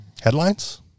Headlines